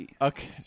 Okay